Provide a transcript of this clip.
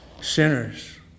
sinners